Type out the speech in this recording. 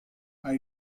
are